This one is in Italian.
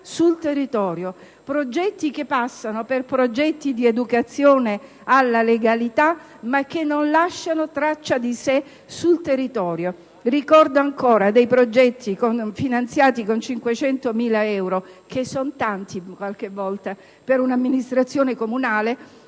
sul territorio; progetti che passano per progetti di educazione alla legalità, ma che non lasciano traccia di sé sul territorio. Ricordo ancora dei progetti finanziati con 500.000 euro - che qualche volta per un'amministrazione comunale